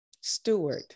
steward